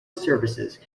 services